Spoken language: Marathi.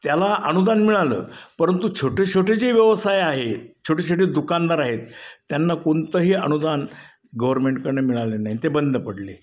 त्याला अनुदान मिळालं परंतु छोटे छोटे जे व्यवसाय आहेत छोटे छोटे दुकानदार आहेत त्यांना कोणतंही अनुदान गव्हर्मेंटकडनं मिळालं नाही आणि ते बंद पडले